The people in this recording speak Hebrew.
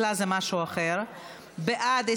להעביר לוועדה